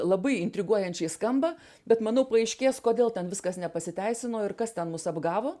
labai intriguojančiai skamba bet manau paaiškės kodėl ten viskas nepasiteisino ir kas ten mus apgavo